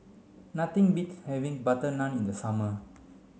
nothing beats having butter naan in the summer